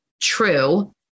true